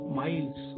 miles